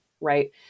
right